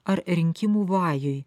ar rinkimų vajui